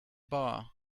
bar